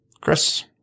Chris